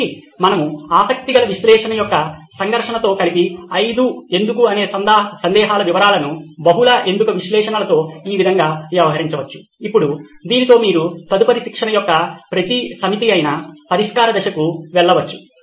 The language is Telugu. కాబట్టి మనము ఆసక్తిగల విశ్లేషణ యొక్క సంఘర్షణతో కలిపే ఐదు ఎందుకు అనే సందేహాల వివరాలను బహుళ ఎందుకు విశ్లేషణలతో ఈ విధంగా వ్యవహరించవచ్చు ఇప్పుడు దీనితో మీరు తదుపరి శిక్షణ యొక్క ప్రతి సమితి అయిన పరిష్కార దశకు వెళ్ళవచ్చు